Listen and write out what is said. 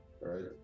right